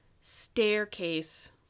staircase